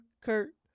Kurt